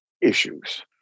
issues